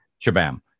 shabam